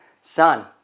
son